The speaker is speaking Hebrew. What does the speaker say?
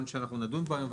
בסדר.